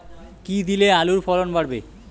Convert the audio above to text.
কী দিলে আলুর ফলন বাড়বে?